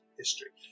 history